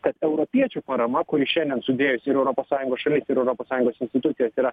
kad europiečių parama kuri šiandien sudėjus ir europos sąjungos šalis ir europos sąjungos institucijas yra